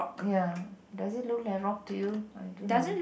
ya does it look like rock to you I don't know